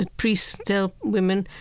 ah priests tell women,